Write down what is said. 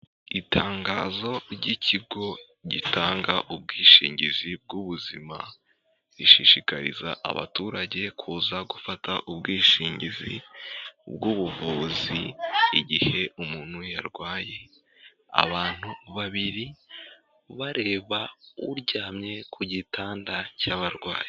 Itangazo ry'ikigo gitanga ubwishingizi bw'ubuzima, rishishikariza abaturage kuza gufata ubwishingizi bw'ubuvuzi igihe umuntu yarwaye, abantu babiri bareba uryamye ku gitanda cy'abarwayi.